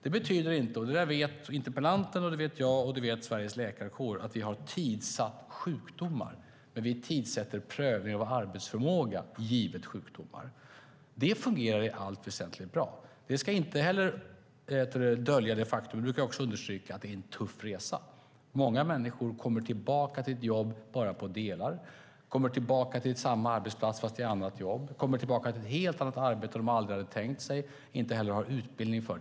Det betyder inte - det vet interpellanten, jag, Sveriges läkarkår - att vi har tidsatt sjukdomar, men vi tidsätter prövning av arbetsförmåga givet sjukdomar. Det fungerar i allt väsentligt bra. Det ska dock inte dölja det faktum, vilket jag brukar understryka, att det är en tuff resa. Många människor kommer tillbaka till ett jobb bara till en viss del, en del kommer tillbaka till samma arbetsplats fast i annat jobb, andra kommer tillbaka till ett helt annat arbete, ett som de aldrig hade tänkt sig och inte har utbildning för.